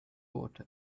water